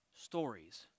stories